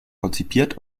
konzipiert